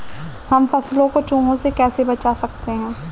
हम फसलों को चूहों से कैसे बचा सकते हैं?